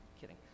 Kidding